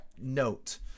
note